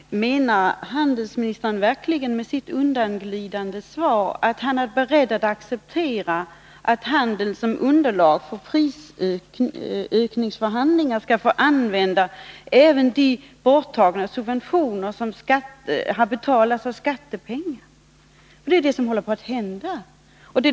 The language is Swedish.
Herr talman! Menar handelsministern verkligen med sitt undanglidande svar att han är beredd att acceptera att handeln som underlag för prisökningsförhandlingar skall få använda även de borttagna subventioner som betalas av skattepengar? Det är detta som håller på att hända.